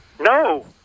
No